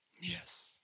Yes